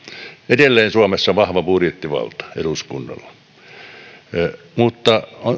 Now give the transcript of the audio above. edelleen suomessa eduskunnalla on vahva budjettivalta mutta